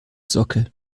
socke